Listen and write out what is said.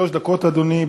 שלוש דקות, אדוני.